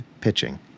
pitching